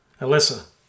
Alyssa